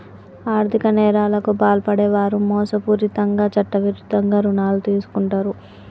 ఆర్ధిక నేరాలకు పాల్పడే వారు మోసపూరితంగా చట్టవిరుద్ధంగా రుణాలు తీసుకుంటరు